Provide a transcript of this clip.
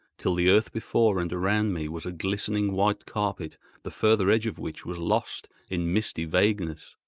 till the earth before and around me was a glistening white carpet the further edge of which was lost in misty vagueness.